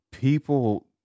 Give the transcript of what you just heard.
People